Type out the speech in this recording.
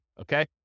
okay